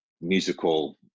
musical